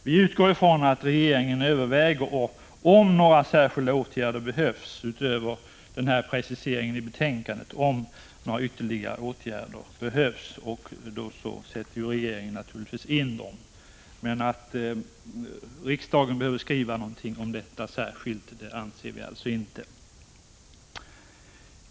Vi utgår ifrån att regeringen överväger om några särskilda åtgärder behövs utöver preciseringen i betänkandet och att regeringen i så fall vidtar sådana. Vi anser alltså inte att riksdagen behöver skriva något särskilt om detta.